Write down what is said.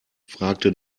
fragte